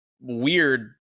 weird